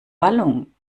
wallung